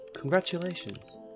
Congratulations